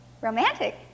romantic